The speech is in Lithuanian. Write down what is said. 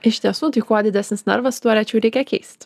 iš tiesų tai kuo didesnis narvas tuo rečiau reikia keist